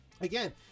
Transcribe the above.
again